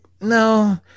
No